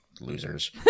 losers